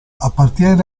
appartiene